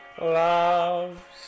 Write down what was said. love